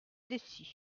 dessus